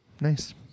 Nice